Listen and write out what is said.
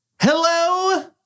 Hello